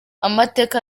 amateka